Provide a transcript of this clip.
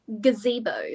gazebo